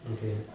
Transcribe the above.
okay